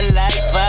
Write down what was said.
life